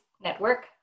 network